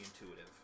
intuitive